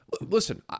listen